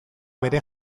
bere